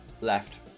Left